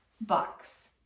box